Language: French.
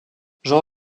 jean